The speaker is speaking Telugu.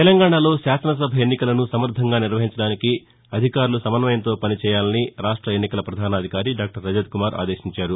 తెలంగాణాలో శాసనసభ ఎన్నికలను సమర్లంగా నిర్వహించడానికి అధికారులు సమన్వయం తో పని చేయాలని రాష్ట ఎన్నికల పధానాధికారి డాక్టర్ రజత్కుమార్ ఆదేశించారు